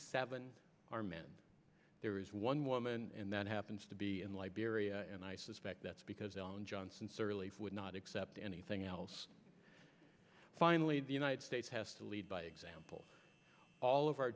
seven are men there is one woman and that happens to be in liberia and i suspect that's because johnson sirleaf would not accept anything else finally the united states has to lead by example all of our